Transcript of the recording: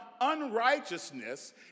unrighteousness